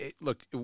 look